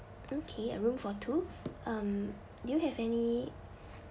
okay a room for two um do you have any